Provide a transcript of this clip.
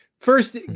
First